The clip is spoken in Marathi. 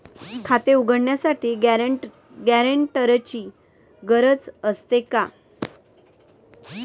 खाते उघडण्यासाठी गॅरेंटरची गरज असते का?